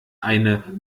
eine